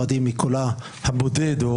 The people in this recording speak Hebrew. דהיינו,